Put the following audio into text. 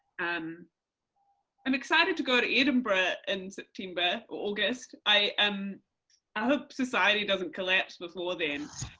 um i'm excited to go to edinburgh in september, or august, i um i hope society doesn't collapse before then